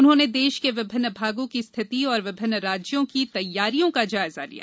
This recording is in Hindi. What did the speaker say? उन्होंने देश के विभिन्न भागों की स्थिति और विभिन्न राज्यों की तैयारियों का जायजा लिया